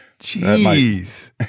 Jeez